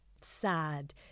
sad